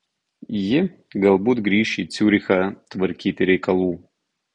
ji galbūt grįš į ciurichą tvarkyti reikalų